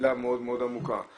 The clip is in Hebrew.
נפילה מאוד מאוד עמוקה.